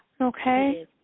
Okay